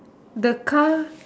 the car